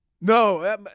No